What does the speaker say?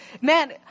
man